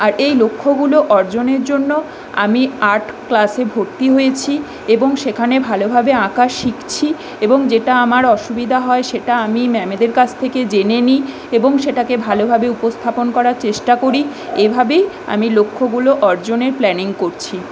আর এই লক্ষ্যগুলো অর্জনের জন্য আমি আর্ট ক্লাসে ভর্তি হয়েছি এবং সেখানে ভালোভাবে আঁকা শিখছি এবং যেটা আমার অসুবিধা হয় সেটা আমি ম্যামেদের কাছ থেকে জেনে নিই এবং সেটাকে ভালোভাবে উপস্থাপন করার চেষ্টা করি এভাবেই আমি লক্ষ্যগুলো অর্জনের প্ল্যানিং করছি